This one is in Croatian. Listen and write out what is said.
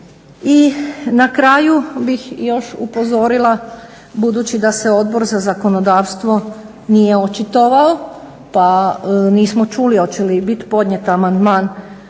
I na kraju bih još upozorila budući da se Odbor za zakonodavstvo nije očitovao, pa nismo čuli hoće li biti podnijet amandman